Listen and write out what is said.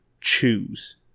choose